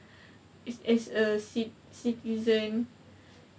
as a cit~ citizen